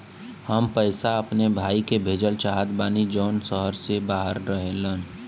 हम पैसा अपने भाई के भेजल चाहत बानी जौन शहर से बाहर रहेलन